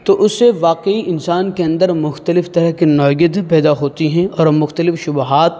تو اس سے واقعی انسان کے اندر مختلف طرح کے پیدا ہوتی ہیں اور مختلف شبہات